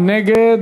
מי נגד?